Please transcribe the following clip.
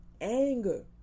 anger